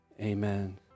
Amen